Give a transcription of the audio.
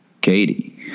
Katie